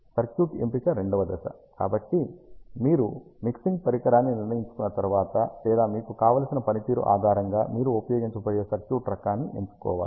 circuit ఎంపిక రెండవ దశ కాబట్టి మీరు మిక్సింగ్ పరికరాన్ని నిర్ణయించుకున్న తర్వాత లేదా మీకు కావలసిన పనితీరు ఆధారంగా మీరు ఉపయోగించబోయే సర్క్యూట్ రకాన్ని ఎంచుకోవాలి